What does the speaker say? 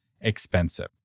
expensive